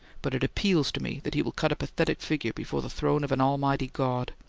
but it appeals to me that he will cut a pathetic figure before the throne of an almighty god.